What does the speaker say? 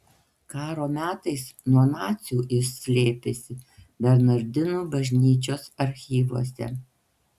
karo metais nuo nacių jis slėpėsi bernardinų bažnyčios archyvuose